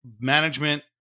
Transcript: management